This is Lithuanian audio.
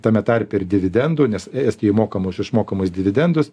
tame tarpe ir dividendų nes estijoj mokamus išmokamus dividendus